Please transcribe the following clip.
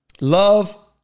love